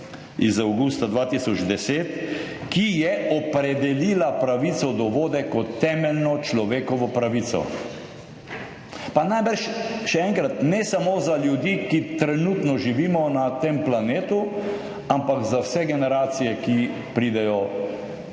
iz avgusta 2010, ki je opredelila pravico do vode kot temeljno človekovo pravico. Pa najbrž, še enkrat, ne samo za ljudi, ki trenutno živimo na tem planetu, ampak za vse generacije, ki pridejo